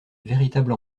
véritable